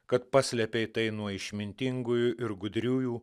kad paslėpei tai nuo išmintingųjų ir gudriųjų